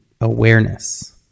awareness